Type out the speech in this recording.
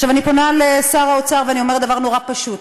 עכשיו אני פונה לשר האוצר ואני אומרת דבר נורא פשוט: